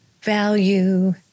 value